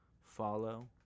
Follow